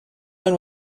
one